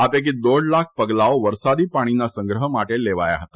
આ પૈકી દોઢ લાખ પગલાંઓ વરસાદી પાણીના સંગ્રહ માટે લેવાયા હતા